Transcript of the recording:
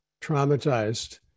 traumatized